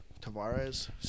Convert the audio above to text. Tavares